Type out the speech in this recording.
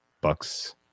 Bucks